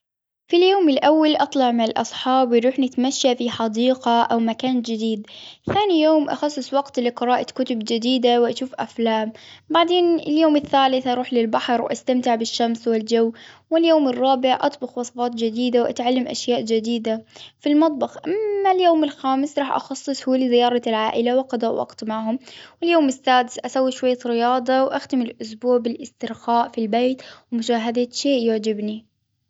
في اليوم الأول أطلع مع الأصحاب ونروح نتمشى في حديقة أو مكان جديد، ثاني يوم أخصص وقت لقراءة كتب جديدة وأشوف أفلام، بعدين اليوم الثالث أروح للبحر وأستمتع بالشمس والجو، واليوم الرابع أطبخ وصفات جديدة وأتعلم أشياء جديدة في المطبخ، أما اليوم الخامس أخصصه لزيارة العائلة وقضاء وقت معهم، واليوم السادس أسوي شوية رياضة وأختم الإسبوع بالإسترخاء في البيت، ومشاهدة شيء يعجبني.